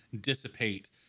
dissipate